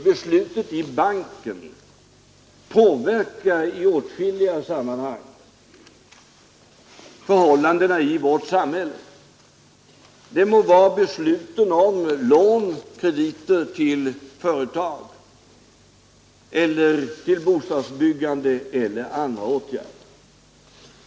Besluten i banken påverkar i åtskilliga sammanhang förhållandena i vårt samhälle, det må gälla lån eller krediter till företag, bostadsbyggande eller annat.